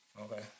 Okay